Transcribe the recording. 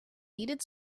needed